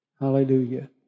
Hallelujah